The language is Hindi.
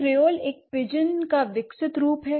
क्रियोल एक पिजिन का विकसित रूप है